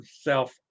self